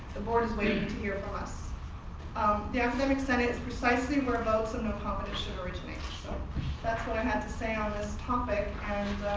the board is waiting to hear from us. ah the academic senate is precisely whereabouts um no confidence should originate. so that's what i have to say on this topic and